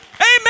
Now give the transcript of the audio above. Amen